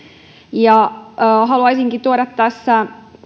haluaisinkin tuoda